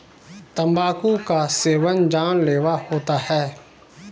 तंबाकू का सेवन जानलेवा होता है